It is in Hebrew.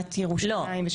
עיריית ירושלים.